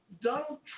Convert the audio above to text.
Donald